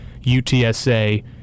UTSA